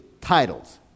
titles